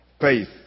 faith